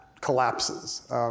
collapses